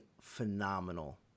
phenomenal